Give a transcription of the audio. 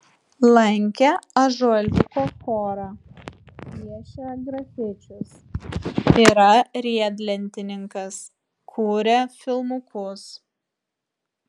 lankė ąžuoliuko chorą piešia grafičius yra riedlentininkas kuria filmukus